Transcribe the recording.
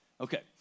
Okay